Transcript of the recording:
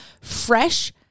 fresh